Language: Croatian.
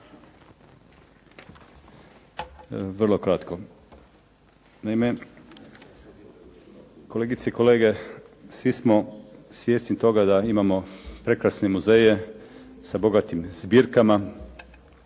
Vrlo kratko. Naime, kolegice i kolege svi smo svjesni toga da imamo prekrasne muzeje sa bogatim zbirkama